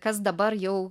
kas dabar jau